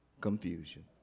confusion